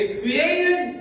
created